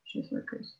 šiais laikais